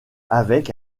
avec